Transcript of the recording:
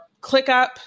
ClickUp